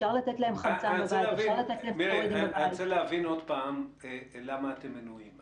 אפשר לתת להם --- אני רוצה להבין למה אתם מנועים?